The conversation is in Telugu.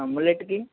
ముల్లెట్కి